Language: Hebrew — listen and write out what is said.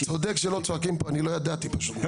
אתה צודק שלא צועקים פה, אני לא ידעתי פשוט.